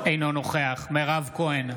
אינו נוכח מירב כהן,